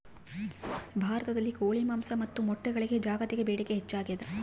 ಭಾರತದಲ್ಲಿ ಕೋಳಿ ಮಾಂಸ ಮತ್ತು ಮೊಟ್ಟೆಗಳಿಗೆ ಜಾಗತಿಕ ಬೇಡಿಕೆ ಹೆಚ್ಚಾಗ್ಯಾದ